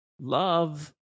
Love